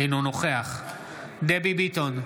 אינו נוכח דבי ביטון,